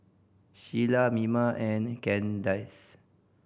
Shiela Mima and Kandice